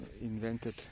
invented